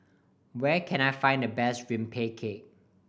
where can I find the best rempeyek